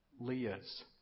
Leah's